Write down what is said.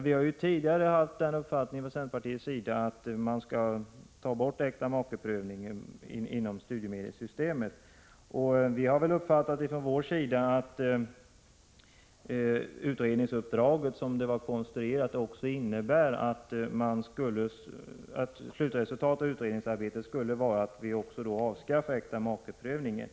Vi har ju tidigare haft den uppfattningen inom centerpartiet att man skall ta bort äktamakeprövningen inom studiemedelssystemet. Vi har från vår sida uppfattat det så att utredningsarbetet, som direktiven är utformade, också innebär att slutresultatet av utredningsarbetet skulle bli att vi avskaffar äktamakeprövningen.